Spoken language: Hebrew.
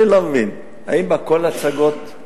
אני לא מבין, האם הכול הצגות?